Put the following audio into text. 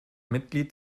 mitglied